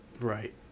Right